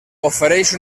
ofereix